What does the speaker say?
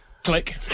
Click